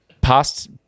past